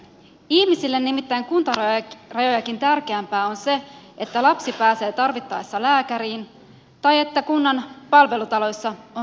ihmisille nimittäin kuntarajojakin tärkeämpää on se että lapsi pääsee tarvittaessa lääkäriin tai että kunnan palvelutaloissa on riittävästi hoitajia